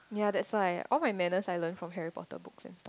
ya that's why all my manners I learn from Harry-Potter books and stuff